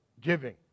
giving